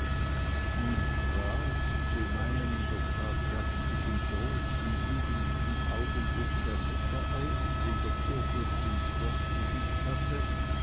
nun trat zu meinem in der tat herzlichen trost in ebendiesem augenblick der ritter auf den der kurfürst ins schloß geschickt hatte